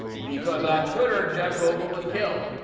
because on twitter, jeff goldblum was killed.